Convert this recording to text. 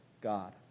God